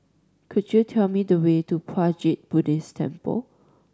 could you tell me the way to Puat Jit Buddhist Temple